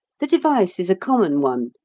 the device is a common one,